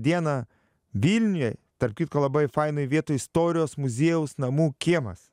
dieną vilniuj tarp kitko labai fainoj vietoj istorijos muziejaus namų kiemas